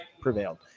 prevailed